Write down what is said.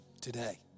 today